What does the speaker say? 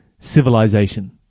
Civilization